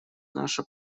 наша